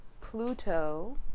Pluto